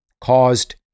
caused